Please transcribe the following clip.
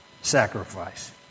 sacrifice